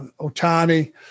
Otani